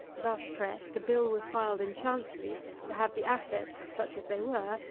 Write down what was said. thus pressed, a bill was filed in chancery to have the assets, such as they were,